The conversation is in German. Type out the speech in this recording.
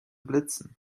blitzen